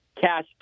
cash